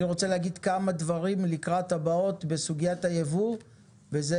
אני רוצה להגיד כמה דברים לקראת הבאות בסוגיית היבוא וזה